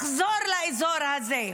לחזור לאזור הזה.